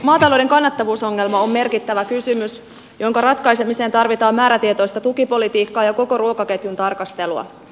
maatalouden kannattavuusongelma on merkittävä kysymys jonka ratkaisemiseen tarvitaan määrätietoista tukipolitiikkaa ja koko ruokaketjun tarkastelua